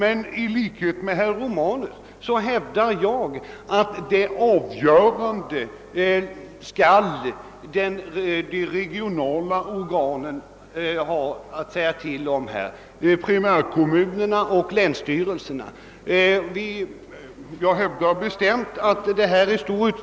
I likhet med herr Romanus hävdar jag att de regionala organen — primärkommunerna och länsstyrelserna — skall ha det avgörande inflytandet på dessa frågor.